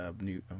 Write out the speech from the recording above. new